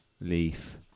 leaf